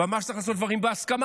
ואמר שצריך לעשות דברים בהסכמה.